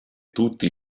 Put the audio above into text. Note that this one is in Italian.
tutti